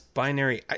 binary